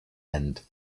end